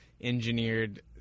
engineered